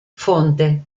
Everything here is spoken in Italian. fonte